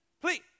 Please